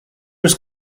was